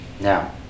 now